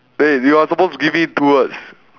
eh you are suppose to give me two words